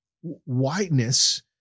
whiteness